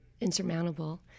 insurmountable